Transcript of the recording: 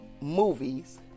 movies